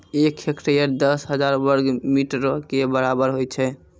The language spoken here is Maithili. एक हेक्टेयर, दस हजार वर्ग मीटरो के बराबर होय छै